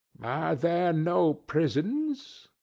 are there no prisons?